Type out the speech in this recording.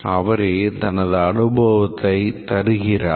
அவரே தனது அனுபவத்தை தருகிறார்